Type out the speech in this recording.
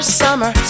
summer